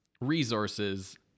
resources